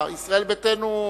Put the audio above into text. ישראל ביתנו,